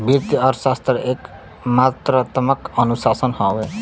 वित्तीय अर्थशास्त्र एक मात्रात्मक अनुशासन हौ